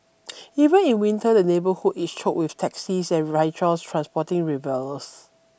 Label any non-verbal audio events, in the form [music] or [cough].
[noise] even in winter the neighbourhood is choked with taxis and rickshaws transporting revellers